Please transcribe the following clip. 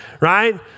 right